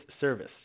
service